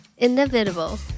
Inevitable